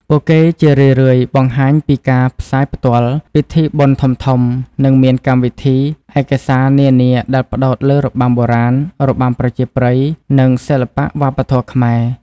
ពួកគេជារឿយៗបង្ហាញពីការផ្សាយផ្ទាល់ពិធីបុណ្យធំៗ និងមានកម្មវិធីឯកសារនានាដែលផ្តោតលើរបាំបុរាណ របាំប្រជាប្រិយ និងសិល្បៈវប្បធម៌ខ្មែរ។